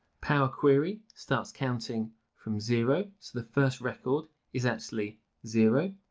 power query starts counting from zero so the first record is actually zero.